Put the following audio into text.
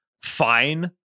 fine